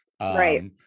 Right